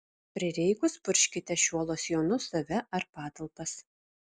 prireikus purkškite šiuo losjonu save ar patalpas